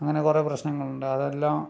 അങ്ങനെ കുറെ പ്രശ്നങ്ങളുണ്ട് അതെല്ലാം